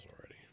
already